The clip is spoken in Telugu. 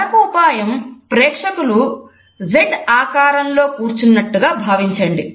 మరొక ఉపాయం ప్రేక్షకులు Z ఆకారంలో కూర్చున్నట్టు భావించండి